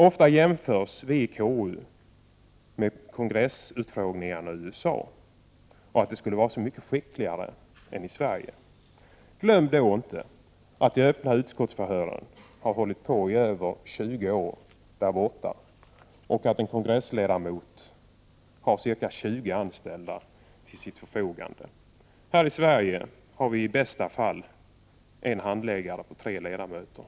Ofta jämförs våra insatser i KU-utfrågningarna med det som sker i kongressutfrågningarna i USA, och man menar att de som genomför dessa skulle vara så mycket skickligare än vi i Sverige. Glöm då inte att de öppna utskottsförhören har hållit på i över 20 år där borta och att en kongressledamot har ca 20 anställda till sitt förfogande! Här i den svenska riksdagen har vi i bästa fall en handläggare på tre ledamöter.